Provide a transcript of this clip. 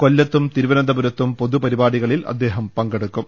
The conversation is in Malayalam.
കൊല്ലത്തും തിരു വനന്തപുരത്തും പൊതു പരിപാടികളിൽ അദ്ദേഹം പങ്കെ ടുക്കും